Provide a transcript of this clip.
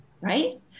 right